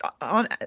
on